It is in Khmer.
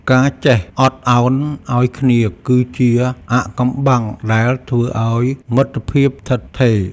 ការចេះអត់ឱនឱ្យគ្នាគឺជាអាថ៌កំបាំងដែលធ្វើឱ្យមិត្តភាពស្ថិតស្ថេរ។